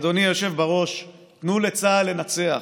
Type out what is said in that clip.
אדוני היושב בראש: תנו לצה"ל לנצח.